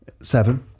seven